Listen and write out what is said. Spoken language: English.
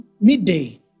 midday